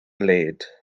led